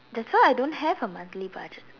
that's why I don't have a monthly budget